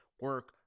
Work